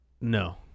No